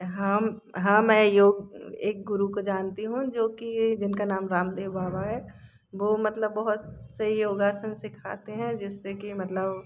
हाँ हाँ मैं योग एक योग गुरु को जानती हूँ जो कि जिनका नाम रामदेव बाबा है वो मतलब बहुत सही योगासन सिखाते हैं जिससे कि मतलब